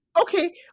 Okay